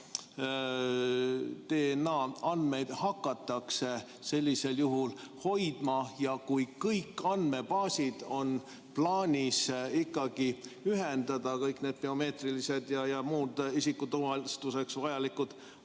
DNA-andmeid hakatakse sellisel juhul hoidma ja kui kõik andmebaasid on plaanis ikkagi ühendada, kõik need biomeetrilised ja muud isikutuvastuseks vajalikud